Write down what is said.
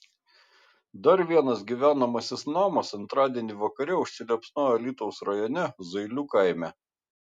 dar vienas gyvenamasis namas antradienį vakare užsiliepsnojo alytaus rajone zailių kaime